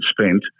spent